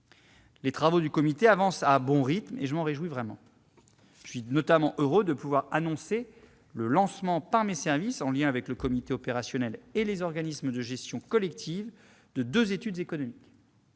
Les travaux du comité avancent à un bon rythme, ce dont je me réjouis. Je suis notamment heureux de pouvoir annoncer le lancement par mes services, en lien avec le comité opérationnel et les organismes de gestion collective, de deux études économiques,